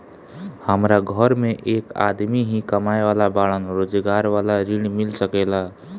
हमरा घर में एक आदमी ही कमाए वाला बाड़न रोजगार वाला ऋण मिल सके ला?